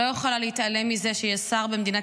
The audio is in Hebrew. לא יכולה להתעלם מזה שיהיה שר במדינת